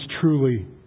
truly